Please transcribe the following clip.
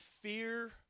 fear